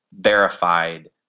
verified